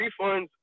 Refunds